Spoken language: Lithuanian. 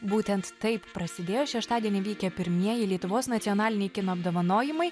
būtent taip prasidėjo šeštadienį vykę pirmieji lietuvos nacionaliniai kino apdovanojimai